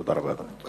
תודה רבה, אדוני.